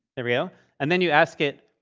there we go and then you ask it,